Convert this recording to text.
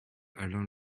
alain